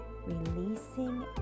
Releasing